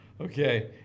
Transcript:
okay